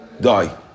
Die